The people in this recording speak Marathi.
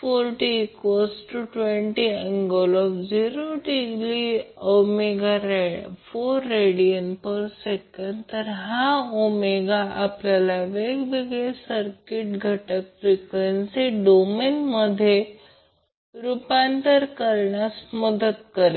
4t ⇒20∠0°ω4rads तर हा ⍵ आपल्याला वेगवेगळे सर्किट घटक फ्रीक्वेसी डोमेनमध्ये रूपांतर करण्यास मदत करेल